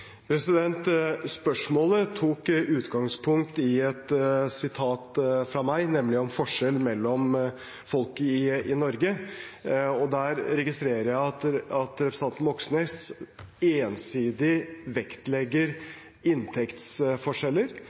Spørsmålet tok utgangspunkt i et sitat fra meg, nemlig om forskjell mellom folk i Norge. Der registrerer jeg at representanten Moxnes ensidig vektlegger inntektsforskjeller.